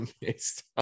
based